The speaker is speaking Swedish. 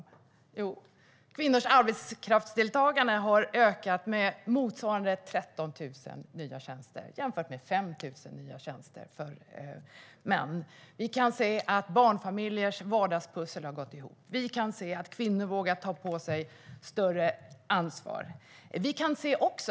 Jo, kvinnors arbetskraftsdeltagande har ökat med motsvarande 13 000 nya tjänster, jämfört med 5 000 nya tjänster för män. Vi kan se att barnfamiljers vardagspussel har gått ihop. Vi kan se att kvinnor vågar ta på sig större ansvar.